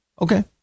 Okay